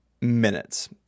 Minutes